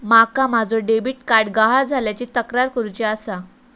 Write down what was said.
माका माझो debit card गहाळ झाल्याची तक्रार करुची आसा